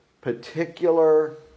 particular